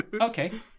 Okay